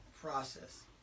process